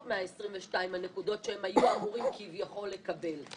מ-22 הנקודות שהם היו אמורים כביכול לקבל.